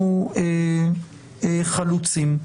חלוצים.